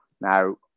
Now